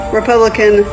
Republican